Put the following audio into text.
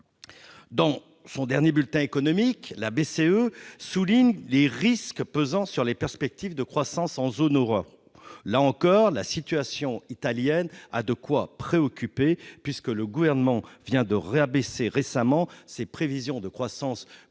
dans son dernier bulletin économique, la BCE, soulignent les risques pesant sur les perspectives de croissance en zone là encore la situation italienne a de quoi préoccuper puisque le gouvernement vient de ré-abaisser récemment ses prévisions de croissance pour